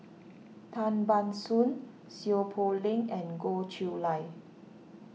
Tan Ban Soon Seow Poh Leng and Goh Chiew Lye